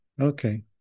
okay